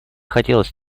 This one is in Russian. хотелось